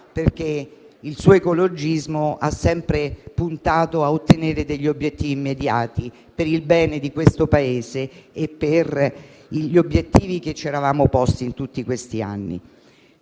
perché il suo ecologismo ha sempre puntato a ottenere degli obiettivi immediati, per il bene di questo Paese e per gli obiettivi che ci eravamo posti in tutti questi anni.